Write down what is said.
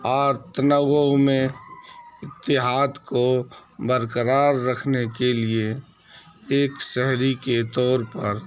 اور تنوع میں اتحاد کو برقرار رکھنے کے لیے ایک شہری کے طور پر